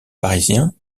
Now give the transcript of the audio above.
parisiens